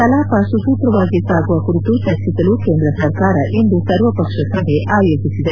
ಕಲಾಪ ಸುಸೂತ್ರವಾಗಿ ಸಾಗುವ ಕುರಿತು ಚರ್ಚಿಸಲು ಕೇಂದ್ರ ಸರಕಾರ ಇಂದು ಸರ್ವಪಕ್ಷ ಸಭೆ ಆಯೋಜಿಸಿದೆ